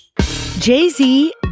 Jay-Z